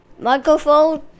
Microphone